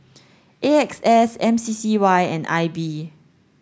A X S M C C Y and I B